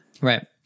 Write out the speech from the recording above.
Right